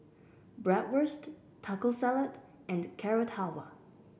Bratwurst Taco Salad and Carrot Halwa